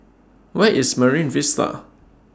Where IS Marine Vista